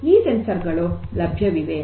ಈ ಸೆನ್ಸರ್ ಸಂವೇದಕಗಳು ಲಭ್ಯವಿವೆ